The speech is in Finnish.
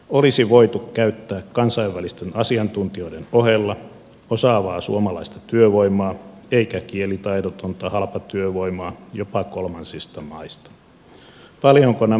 olisi voitu käyttää kansainvälisten asiantuntijoiden ohella osaavaa suomalaista työvoimaa eikä kielitaidotonta halpatyövoimaa jopa kolmansista maista